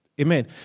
Amen